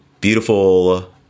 beautiful